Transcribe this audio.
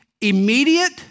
immediate